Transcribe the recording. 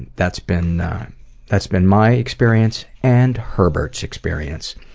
that's been that's been my experience and herbert's experience.